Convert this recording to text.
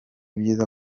byiza